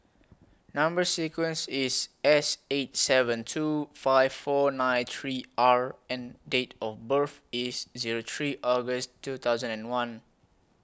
Number sequence IS S eight seven two five four nine three R and Date of birth IS Zero three August two thousand and one